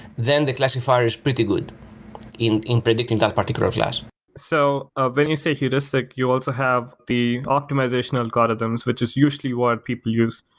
then the classifier is pretty good in in predicting that particular class so ah when you say heuristic, you also have the optimization algorithms, which is usually what people use.